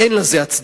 אין לזה הצדקה.